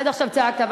עד עכשיו צעקת,